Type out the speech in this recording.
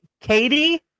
Katie